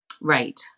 Right